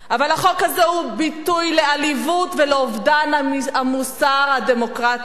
אבל החוק הזה הוא ביטוי לעליבות ולאובדן המוסר הדמוקרטי.